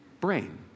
brain